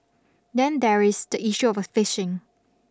then there is the issue of fishing